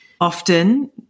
Often